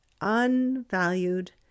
unvalued